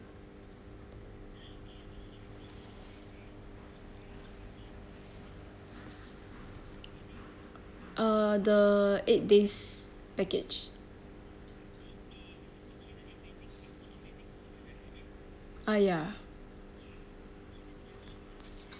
uh the eight days package ah ya